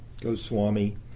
Goswami